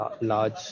Large